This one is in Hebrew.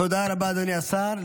תודה רבה, אדוני השר.